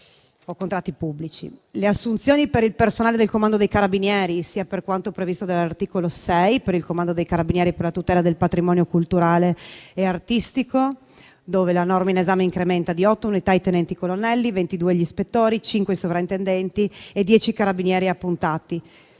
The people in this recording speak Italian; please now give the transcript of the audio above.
inoltre inserito le assunzioni per il personale del Comando dei carabinieri, sia per quanto previsto dall'articolo 6, per il Comando dei carabinieri per la tutela del patrimonio culturale e artistico, dove la norma in esame incrementa di 8 unità i tenenti colonnelli, 22 gli ispettori, 5 sovrintendenti e 10 carabinieri appuntati,